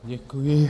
Děkuji.